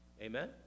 Amen